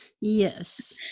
yes